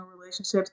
relationships